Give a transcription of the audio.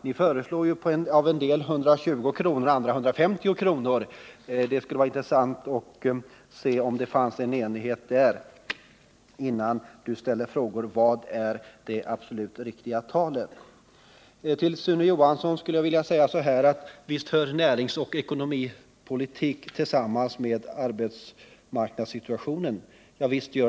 På en del håll föreslår ni 120 kr., medan andra föreslår 150 kr. Innan Tommy Franzén ställer frågor om vilket det absolut riktiga talet är, skulle det vara intressant om ni kunde få fram en enighet inom partiet därvidlag. Visst hör näringspolitik och ekonomi samman med arbetsmarknadssituationen, Sune Johansson.